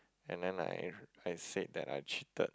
and then like I said that I cheated